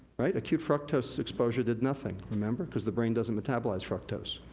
acute fructose exposure did nothing, remember. cause the brain doesn't metabolize fructose.